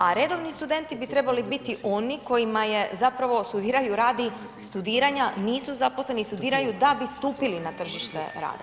A redovni studenti bi trebali biti oni kojima je zapravo, studiraju radi studiranja, nisu zaposleni, studiraju da bi stupili na tržište rada.